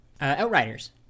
outriders